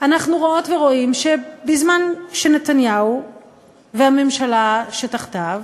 אנחנו רואות ורואים שבזמן שנתניהו והממשלה שתחתיו